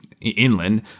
Inland